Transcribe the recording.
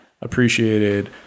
appreciated